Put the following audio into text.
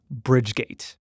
Bridgegate